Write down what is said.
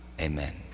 Amen